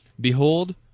Behold